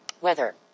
Weather